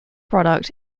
product